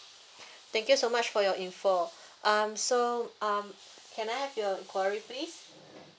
thank you so much for your info um so um can I have your query please